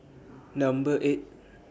Number eight